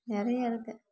நிறையா இருக்குது